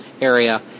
area